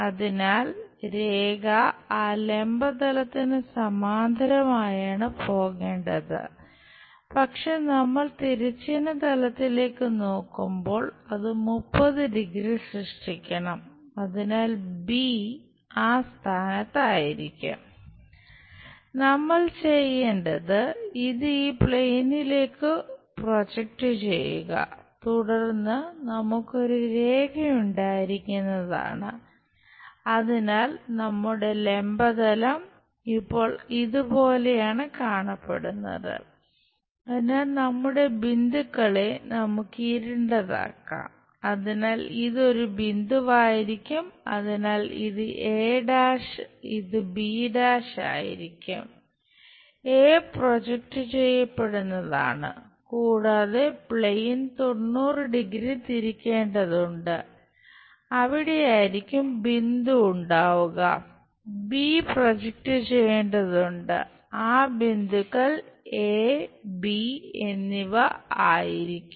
അതിനാൽ രേഖ ആ ലംബ തലത്തിന് സമാന്തരമായാണ് പോകേണ്ടത് പക്ഷേ നമ്മൾ തിരശ്ചീന തലത്തിലേക്ക് നോക്കുമ്പോൾ അത് 30 ഡിഗ്രി ആ സ്ഥാനത്ത് ആയിരിക്കും നമ്മൾ ചെയ്യേണ്ടത് ഇത് ഈ പ്ലെയിനിലേക്കു എന്നിവ ആയിരിക്കും